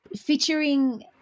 featuring